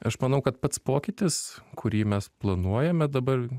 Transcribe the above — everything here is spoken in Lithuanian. aš manau kad pats pokytis kurį mes planuojame dabar